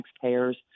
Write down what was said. taxpayers